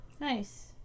Nice